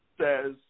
says